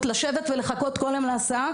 לשבת ולחכות כל יום להסעה,